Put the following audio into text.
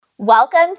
Welcome